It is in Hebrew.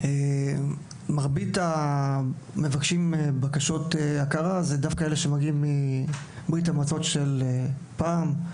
מרבית המבקשים בקשות הכרה הם דווקא אלה שמגיעים מברית המועצות של פעם.